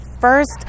first